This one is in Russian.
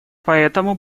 поэтому